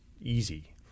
easy